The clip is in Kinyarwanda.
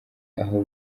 aho